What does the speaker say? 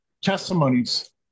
testimonies